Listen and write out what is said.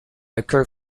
occur